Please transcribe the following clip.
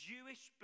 Jewish